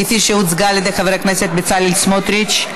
כפי שהוצגה על ידי חבר הכנסת בצלאל סמוטריץ.